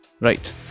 Right